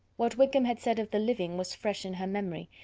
what wickham had said of the living was fresh in her memory,